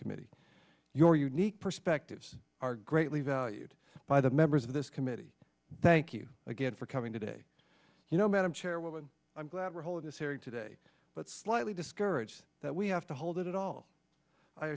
subcommittee your unique perspectives are greatly valued by the members of this committee thank you again for coming today you know madam chairwoman i'm holding this hearing today but slightly discouraged that we have to hold it at all i